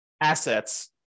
assets